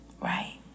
right